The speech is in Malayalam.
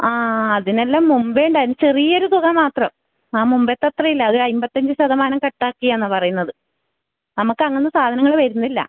ആ അതിനെല്ലാം മുമ്പേ ഉണ്ടായിരുന്നു ചെറിയൊരു തുക മാത്രം ആ മുമ്പത്തത്രെ ഇല്ലാ അത് അയിമ്പത്തഞ്ച് ശതമാനം കട്ടാക്കിയാന്ന പറയുന്നത് നമുക്കങ്ങനെ സാധനങ്ങൾ വരുന്നില്ല